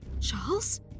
Charles